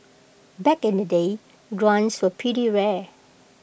back in the day grants were pretty rare